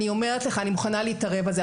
אני אומרת לך שאני מוכנה להתערב על זה.